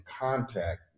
contact